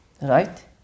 right